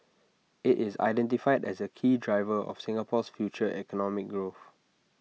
IT is identified as A key driver of Singapore's future economic growth